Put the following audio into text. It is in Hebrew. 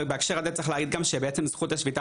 ובהקשר הזה צריך להגיד גם שבעצם זכות השביתה